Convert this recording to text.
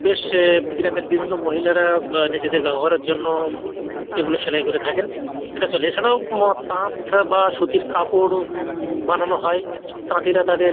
বেশ এ গ্রামের বিভিন্ন মহিলারা নিজেদের ব্যবহারের জন্য এগুলো সেলাই করে থাকেন এটা চলে এছাড়াও তাঁত বা সুতির কাপড়ও বানানো হয় তাঁতিরা তাদের